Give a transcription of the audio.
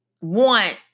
want